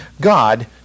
God